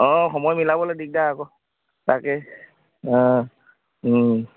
অঁ সময় মিলাবলৈ দিগদাৰ আকৌ তাকে